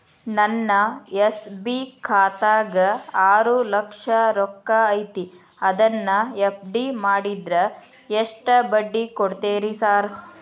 ನನ್ನ ಎಸ್.ಬಿ ಖಾತ್ಯಾಗ ಆರು ಲಕ್ಷ ರೊಕ್ಕ ಐತ್ರಿ ಅದನ್ನ ಎಫ್.ಡಿ ಮಾಡಿದ್ರ ಎಷ್ಟ ಬಡ್ಡಿ ಕೊಡ್ತೇರಿ ಸರ್?